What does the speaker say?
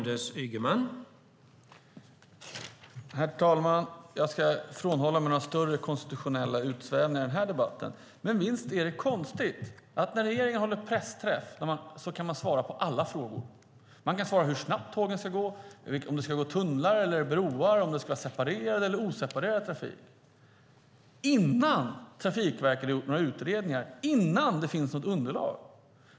Herr talman! Jag ska avhålla mig från större konstitutionella utsvävningar i den här debatten. Men visst är det konstigt att när regeringen håller pressträff kan man svara på alla frågor. Man kan svara på hur snabbt tågen ska gå, om de ska gå i tunnlar eller på broar, om det ska vara separerad eller oseparerad trafik - innan Trafikverket har gjort några utredningar och innan det finns något underlag.